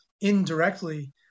indirectly